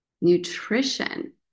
nutrition